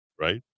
right